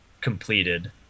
completed